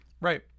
Right